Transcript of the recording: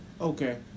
okay